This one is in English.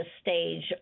stage